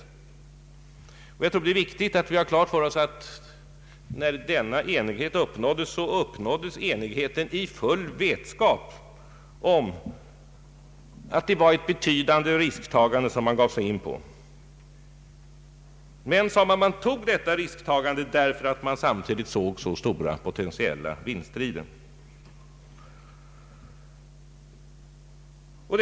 Jag anser att det är viktigt att vi har klart för oss att denna enighet uppnåddes i full vetskap om att det var en betydande risk som man tog. Men man sade att man tog dessa risker därför att man samtidigt såg så stora potentiella vinster i projektet.